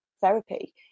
therapy